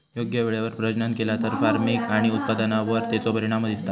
योग्य वेळेवर प्रजनन केला तर फार्मिग आणि उत्पादनावर तेचो परिणाम दिसता